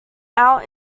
out